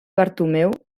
bartomeu